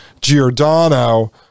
Giordano